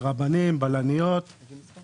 ויש מספר יזמים שאני מכיר כי אני גר באזור,